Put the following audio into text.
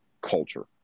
culture